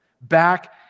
Back